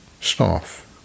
staff